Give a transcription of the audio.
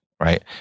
right